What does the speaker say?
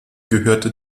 gehörte